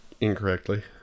incorrectly